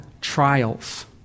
trials